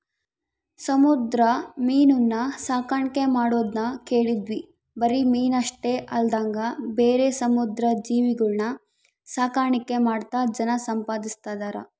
ಸಮುದ್ರ ಮೀನುನ್ನ ಸಾಕಣ್ಕೆ ಮಾಡದ್ನ ಕೇಳಿದ್ವಿ ಬರಿ ಮೀನಷ್ಟೆ ಅಲ್ದಂಗ ಬೇರೆ ಸಮುದ್ರ ಜೀವಿಗುಳ್ನ ಸಾಕಾಣಿಕೆ ಮಾಡ್ತಾ ಜನ ಸಂಪಾದಿಸ್ತದರ